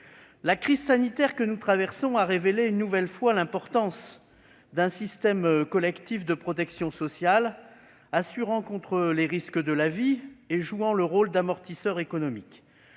la crise sanitaire que nous traversons. Cette crise a, une nouvelle fois, révélé toute l'importance d'un système collectif de protection sociale assurant contre les risques de la vie et jouant le rôle d'amortisseur économique.